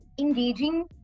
engaging